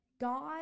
God